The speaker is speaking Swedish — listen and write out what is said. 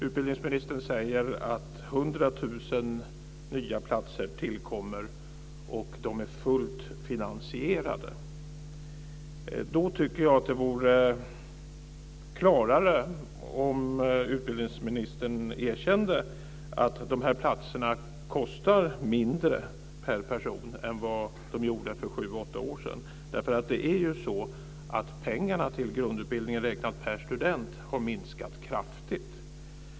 Utbildningsministern säger att 100 000 nya platser tillkommer och att de är fullt finansierade. Det vore klarare om utbildningsministern erkände att platserna kostar mindre per person än för sju åtta år sedan. Pengarna till grundutbildningen räknat per student har minskat kraftigt.